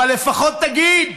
אבל לפחות תגיד.